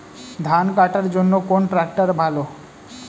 ধান কাটার জন্য কোন ট্রাক্টর ভালো?